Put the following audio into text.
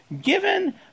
Given